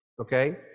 okay